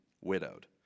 widowed